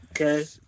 Okay